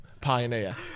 pioneer